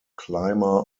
clymer